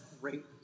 great